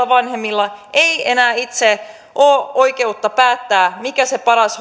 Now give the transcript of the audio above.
vanhemmilla ei enää itse ole oikeutta päättää mikä se paras